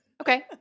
Okay